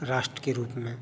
राष्ट्र के रूप में